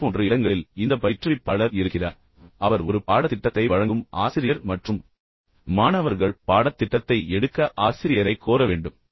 D போன்ற இடங்களில் இந்த பயிற்றுவிப்பாளர் இருக்கிறார் அவர் ஒரு பாடத்திட்டத்தை வழங்கும் ஆசிரியர் மற்றும் பின்னர் மாணவர்கள் பாடத்திட்டத்தை எடுக்க ஆசிரியரைக் கோர வேண்டும்